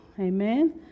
Amen